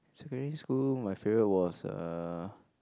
secondary school my favourite was err